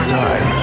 time